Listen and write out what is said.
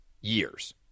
years